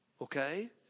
Okay